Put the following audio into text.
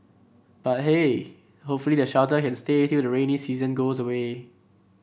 but hey hopefully the shelter can stay till the rainy season goes away